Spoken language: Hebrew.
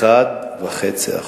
ב-1.5%.